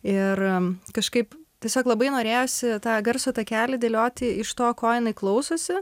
ir kažkaip tiesiog labai norėjosi tą garso takelį dėlioti iš to ko jinai klausosi